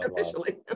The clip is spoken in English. officially